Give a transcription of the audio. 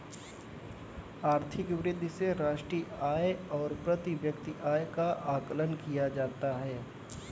आर्थिक वृद्धि से राष्ट्रीय आय और प्रति व्यक्ति आय का आकलन किया जाता है